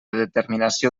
determinació